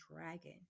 dragon